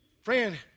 friend